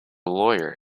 lawyer